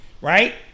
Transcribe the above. Right